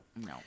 no